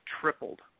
tripled